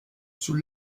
sous